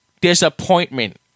disappointment